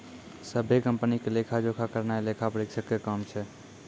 सभ्भे कंपनी के लेखा जोखा करनाय लेखा परीक्षक के काम छै